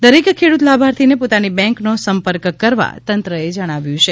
દરેક ખેડૂત લાભાર્થીને પોતાની બેંકનો સંપર્ક કરવા તંત્રએ જણાવાયું છે